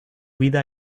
vida